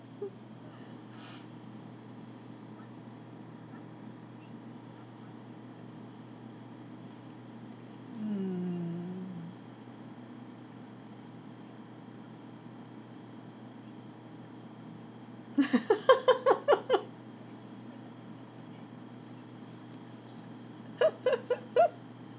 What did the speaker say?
mm